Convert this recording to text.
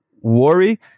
worry